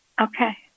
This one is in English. Okay